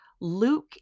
Luke